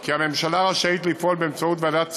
כי הממשלה רשאית לפעול באמצעות ועדות שרים,